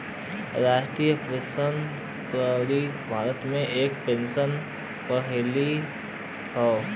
राष्ट्रीय पेंशन प्रणाली भारत में एक पेंशन प्रणाली हौ